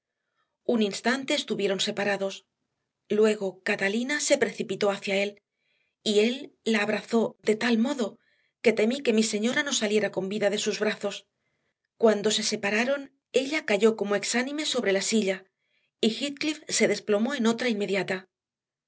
un instante estuvieron separados luego catalina se precipitó hacia él y él la abrazó de tal modo que temí que mi señora no saliera con vida de sus brazos cuando se separaron ella cayó como exánime sobre la silla y heathcliff se desplomó en otra inmediata